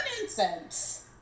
incense